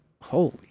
Holy